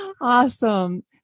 Awesome